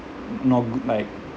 not good like